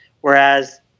whereas